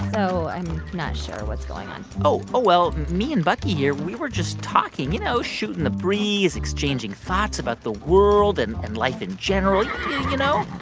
so i'm not sure what's going on oh, ah well, me and bucky here we were just talking you know, shooting the breeze, exchanging thoughts about the world and and life in general, yeah you know?